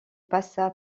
passa